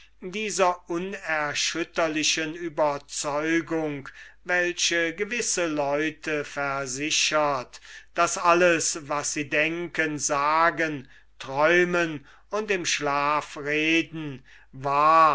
dieser unerschütterlichen überzeugung welche gewisse leute versichert daß alles was sie denken sagen träumen und im schlaf reden wahr